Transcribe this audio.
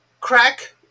crack